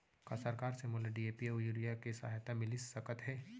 का सरकार से मोला डी.ए.पी अऊ यूरिया के सहायता मिलिस सकत हे?